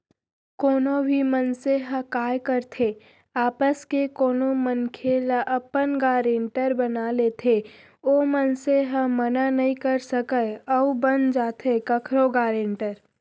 कोनो भी मनसे ह काय करथे आपस के कोनो मनखे ल अपन गारेंटर बना लेथे ओ मनसे ह मना नइ कर सकय अउ बन जाथे कखरो गारेंटर